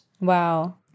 Wow